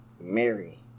Mary